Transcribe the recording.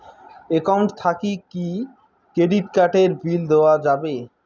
Account থাকি কি credit card এর বিল দেওয়া যাবে?